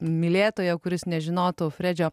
mylėtojo kuris nežinotų fredžio